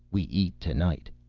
we eat tonight.